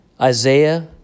Isaiah